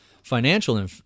financial